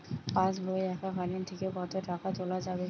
পাশবই এককালীন থেকে কত টাকা তোলা যাবে?